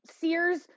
Sears